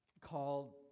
called